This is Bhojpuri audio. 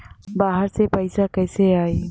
बाहर से पैसा कैसे आई?